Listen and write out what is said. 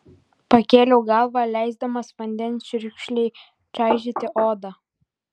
pakėliau galvą leisdamas vandens čiurkšlei čaižyti odą